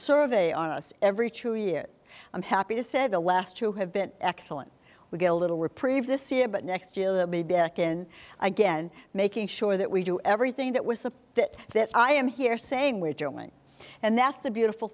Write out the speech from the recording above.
survey on every chair year i'm happy to say the last two have been excellent we get a little reprieve this year but next year they'll be back in again making sure that we do everything that was that that i am here saying we're doing and that's the beautiful